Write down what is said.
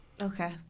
okay